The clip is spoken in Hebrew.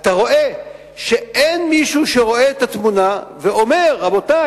אתה רואה שאין מישהו שרואה את התמונה ואומר: רבותי,